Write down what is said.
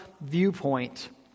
viewpoint